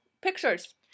pictures